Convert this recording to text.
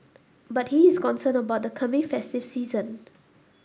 but he is concerned about the coming festive season